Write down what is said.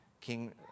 King